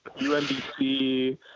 UMBC